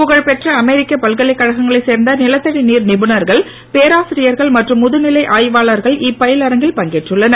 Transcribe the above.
புகழ்பெற்ற அமெரிக்க பல்கலைக்கழகங்கனைச் சேர்ந்த நிலத்தடி நீர் நிபுணர்கள் பேராசிரியர்கள் மற்றும் முதுநிலை ஆய்வாளர்கள் இப்பயிலரங்கில் பங்கேற்றுள்ளனர்